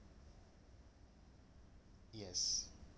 yes